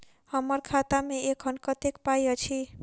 हम्मर खाता मे एखन कतेक पाई अछि?